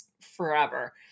forever